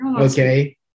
Okay